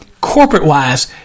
corporate-wise